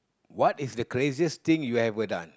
what is the craziest thing you ever done